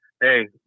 hey